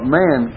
man